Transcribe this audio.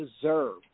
deserve